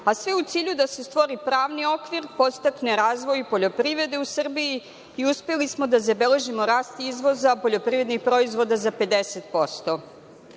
a sve u cilju da se stvori pravni okvir, podstakne razvoj poljoprivrede u Srbiji i uspeli smo da zabeležimo rast izvoza poljoprivrednih proizvoda za 50%.Što